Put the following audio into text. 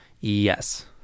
yes